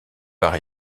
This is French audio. par